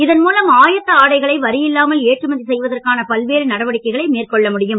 இதன்மூலம் ஆயத்த ஆடைகளை வரியில்லாமல் ஏற்றுமதி செய்வதற்கான பல்வேறு நடவடிக்கைகளை மேற்கொள்ள முடியும்